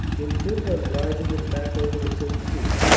intent on driving them back over the sensee.